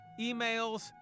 emails